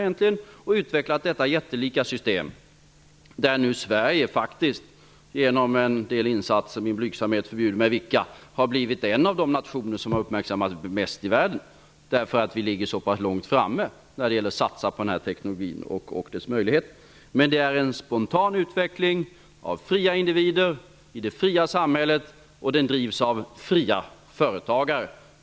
Dessa personer har utvecklat detta jättelika system, där nu Sverige genom en del insatser -- min blygsamhet förbjuder mig att säga vilka -- har blivit en av de nationer som har uppmärksammats mest i världen, eftersom vi ligger så pass långt framme när det gäller att satsa på den här teknologin och dess möjligheter. Det är en spontan utveckling av fria individer i det fria samhället, och den drivs av fria företagare.